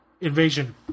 invasion